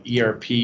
ERP